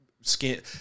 skin